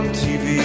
tv